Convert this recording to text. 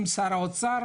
עם שר האוצר